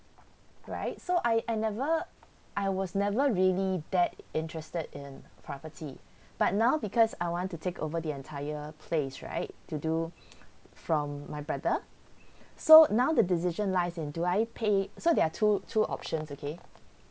right so I I never I was never really that interested in property but now because I want to take over the entire place right to do from my brother so now the decision lies in do I pay so there are two two options okay